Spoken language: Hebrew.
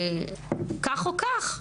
כך או כך,